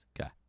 Okay